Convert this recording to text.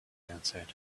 answered